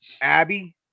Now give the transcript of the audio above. Abby